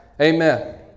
Amen